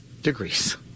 degrees